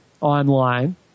online